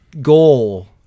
goal